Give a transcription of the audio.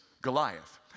Goliath